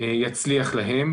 יצליח להן.